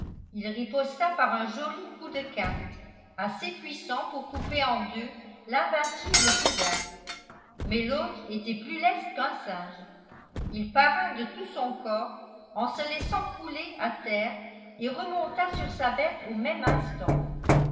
il riposta par un joli coup de quarte assez puissant pour couper en deux l'invincible fougas mais l'autre était plus leste qu'un singe il para de tout son corps en se laissant couler à terre et remonta sur sa bête au même instant